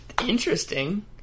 Interesting